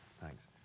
Thanks